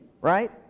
right